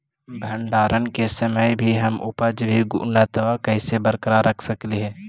भंडारण के समय भी हम उपज की गुणवत्ता कैसे बरकरार रख सकली हे?